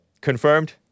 Confirmed